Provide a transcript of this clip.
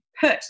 put